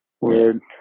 Weird